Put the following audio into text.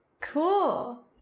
Cool